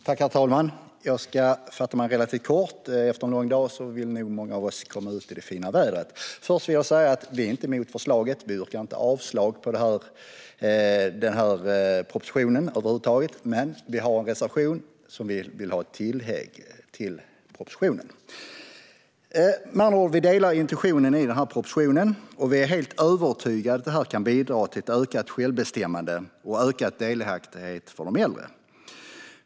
Herr talman! Jag ska fatta mig relativt kort. Efter en lång dag vill nog många av oss komma ut i det fina vädret. Först vill jag säga att vi inte är emot förslaget. Vi yrkar inte avslag på propositionen över huvud taget. Vi har dock en reservation, då vi vill ha ett tillägg till propositionen. Vi delar med andra ord intentionen i propositionen. Vi är helt övertygade om att detta kan bidra till ökat självbestämmande och ökad delaktighet för de äldre.